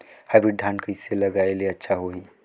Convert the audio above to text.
Hybrid धान कइसे लगाय ले अच्छा होही?